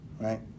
right